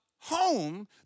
home